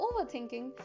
overthinking